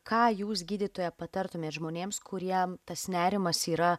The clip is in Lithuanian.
ką jūs gydytoja patartumėt žmonėms kuriem tas nerimas yra